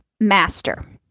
master